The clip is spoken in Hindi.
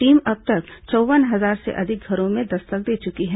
टीम अब तक चौव्वन हजार से अधिक घरों में दस्तक दे चुकी है